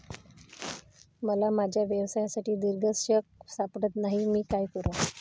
मला माझ्या व्यवसायासाठी दिग्दर्शक सापडत नाही मी काय करू?